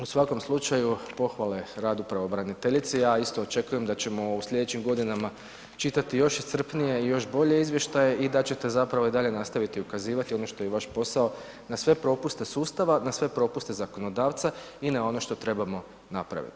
U svakom slučaju pohvale radu pravobraniteljici a isto očekujem da ćemo u sljedećim godinama čitati još iscrpnije i još bolje izvještaje i da ćete zapravo i dalje nastaviti ukazivati i ono što je vaš posao na sve propuste, sustava, na sve propuste zakonodavca i na ono što trebamo napraviti.